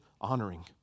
honoring